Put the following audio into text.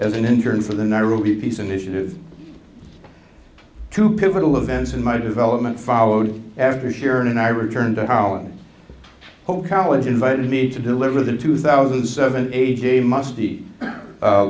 as an intern for the nairobi peace initiative to pivotal events in my development followed after sharon and i returned to holland whole college invited me to deliver them two thousand and seven a j must